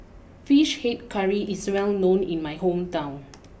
Fish Head Curry is well known in my hometown